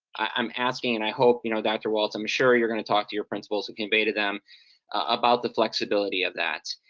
i'm asking and i hope, you know, dr. walts, i'm sure you're gonna talk to your principals and convey to them about the flexibility of that.